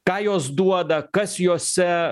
ką jos duoda kas jose